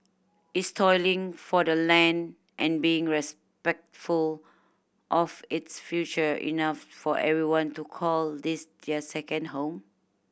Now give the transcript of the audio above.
is toiling for the land and being respectful of its future enough for everyone to call this their second home